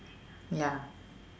ya